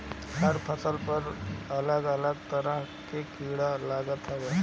हर फसल पर अलग अलग तरह के कीड़ा लागत हवे